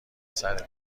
سره